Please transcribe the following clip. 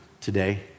today